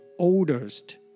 Oldest